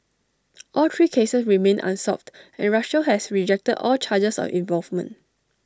all three cases remain unsolved and Russia has rejected all charges of involvement